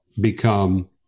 become